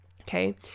Okay